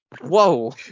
Whoa